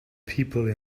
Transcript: people